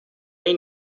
این